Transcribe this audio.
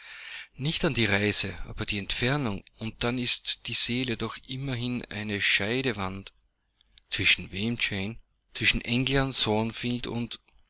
nicht an die reise aber an die entfernung und dann ist die see doch immerhin eine scheidewand zwischen wem jane zwischen england thornfield und